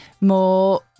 more